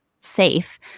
safe